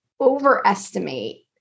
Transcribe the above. overestimate